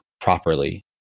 properly